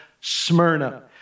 Smyrna